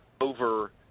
over